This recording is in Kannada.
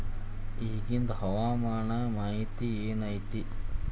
ಇಗಿಂದ್ ಹವಾಮಾನ ಮಾಹಿತಿ ಏನು ಐತಿ?